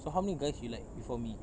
so how many guys you like before me